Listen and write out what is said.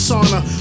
Sauna